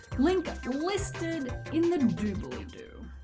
link listed in the doobly doo.